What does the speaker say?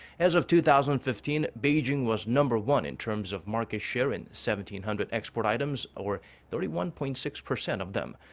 as of two thousand and fifteen, beijing was number one in terms of market share in seventeen hundred export items, or thirty one point six percent of them.